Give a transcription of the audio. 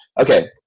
Okay